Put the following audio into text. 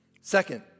Second